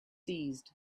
seized